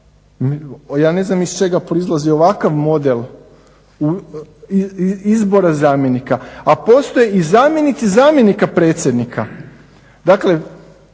Ja ne znam iz čega proizlazi ovakav model izbora zamjenika. A postoje i zamjenici zamjenika predsjednika.